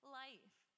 life